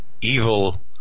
evil